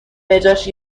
بجاش